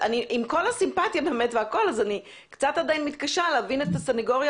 עם כל הסימפטיה והכול אז אני קצת עדיין מתקשה להבין את הסנגוריה